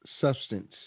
substance